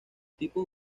tipos